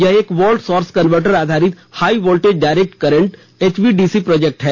यह एक volt source converter आधारित high voltage direct current HVDC project है